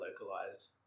localized